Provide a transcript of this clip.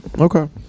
Okay